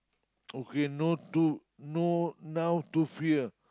okay no to no now too free ah